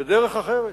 בדרך אחרת.